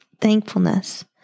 thankfulness